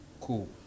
cool